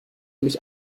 mich